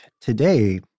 today